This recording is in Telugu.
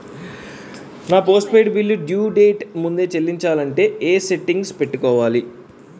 నా postpaid bill due date ముందే చెల్లించాలంటే ఎ సెట్టింగ్స్ పెట్టుకోవాలి?